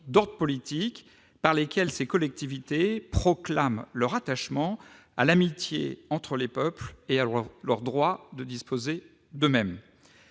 d'ordre politique par lesquelles ces collectivités proclament leur attachement à l'amitié entre les peuples et aux droits de ces derniers à disposer d'eux-mêmes.